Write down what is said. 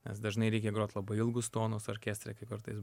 nes dažnai reikia grot labai ilgus tonus orkestre kai kartais